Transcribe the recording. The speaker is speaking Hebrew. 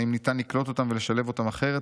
האם ניתן לקלוט אותם ולשלב אותם אחרת?